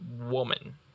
woman